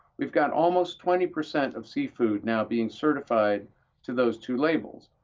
we've got almost twenty percent of seafood now being certified to those two labels.